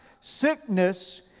sickness